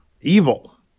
Evil